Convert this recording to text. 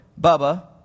Bubba